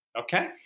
Okay